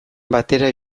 batera